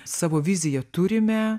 savo viziją turime